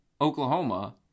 Oklahoma